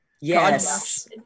Yes